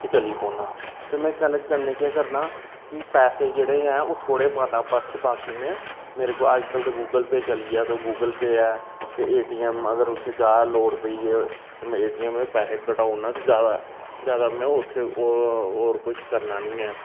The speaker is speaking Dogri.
ते चली पौना में करने कन्नै केह् करना कि पैसे जेह्ड़े ऐ ओह् थोह्ड़े पाहन्नां पर्स बेच्च बाकी में मेरे कोल ते अज्जकल गूगल पेऽ चली आ ते गूगल पेऽ ऐ ते एटीएम अगर उत्थै जादा लोड़ पेई गेई में एटीएम दा पैहे कडाई ओड़ना ते जादा जादा में उत्थै होर कुछ करना निं ऐ